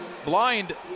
Blind